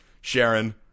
Sharon